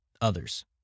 others